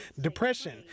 depression